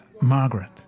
Margaret